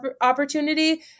opportunity